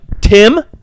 Tim